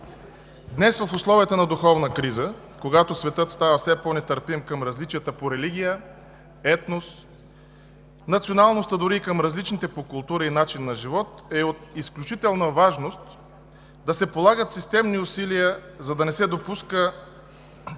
Днес, в условията на духовна криза, когато светът става все по-нетърпим към различията по религия, етнос, националност, та дори и към различните по култура и начин на живот, е от изключителна важност да се полагат системни усилия, за да не се допуска